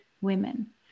women